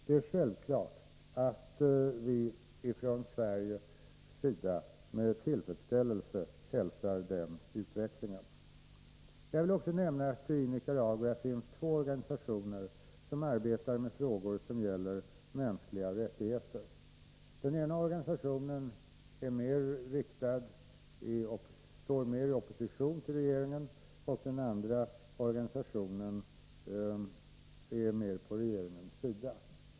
Det är självklart att vi från Sveriges sida med tillfredsställelse hälsar den utvecklingen. Jag vill också nämna att det i Nicaragua finns två organisationer som arbetar med frågor som gäller mänskliga rättigheter. Den ena organisationen står mer i opposition till regeringen, medan den andra organisationen är mer på regeringens sida.